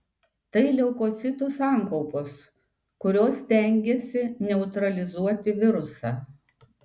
tai leukocitų sankaupos kurios stengiasi neutralizuoti virusą